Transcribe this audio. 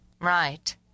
Right